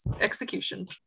execution